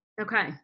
okay